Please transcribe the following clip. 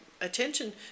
attention